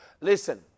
Listen